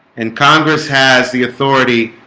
and congress has the authority